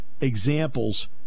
examples